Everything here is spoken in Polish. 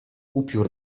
upiór